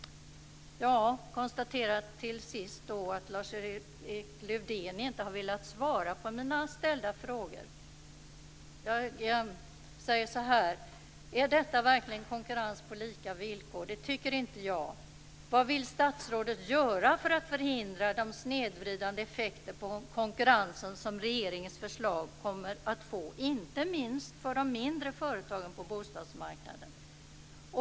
Jag konstaterar till sist att Lars-Erik Lövdén inte har velat svara på mina ställda frågor. Jag säger så här: Är detta verkligen konkurrens på lika villkor? Det tycker inte jag. Vad vill statsrådet göra för att förhindra de snedvridande effekter på konkurrensen som regeringens förslag kommer att få, inte minst för de mindre företagen på bostadsmarknaden?